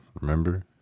Remember